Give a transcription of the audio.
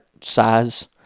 size